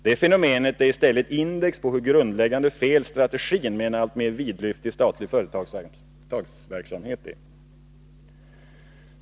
Detta fenomen är i stället ett index på hur grundläggande fel strategin med en alltmer vidlyftig statlig företagsverksamhet är.